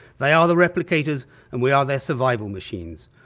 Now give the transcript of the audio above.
they are the replicators and we are their survival machines.